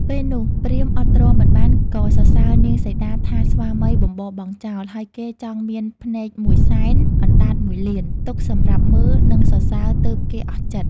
ពេលនោះព្រាហ្មណ៍អត់ទ្រាំមិនបានក៏សរសើរនាងសីតាថាស្វាមីបំបរបង់ចោល ហើយគេចង់មានភ្នែកមួយសែន អណ្តាតមួយលាន ទុកសម្រាប់មើល និងសរសើរទើបគេអស់ចិត្ត។